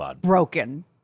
broken